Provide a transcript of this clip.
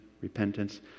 repentance